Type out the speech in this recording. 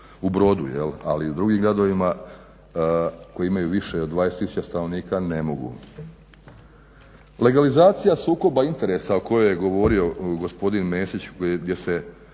u Brodu ali u drugim gradovima koji imaju više od 20 tisuća stanovnika ne mogu. Legalizacija sukoba interesa o kojoj je govorio gospodin Mesić gdje se